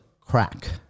crack